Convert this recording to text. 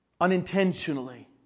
Unintentionally